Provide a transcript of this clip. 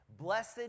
Blessed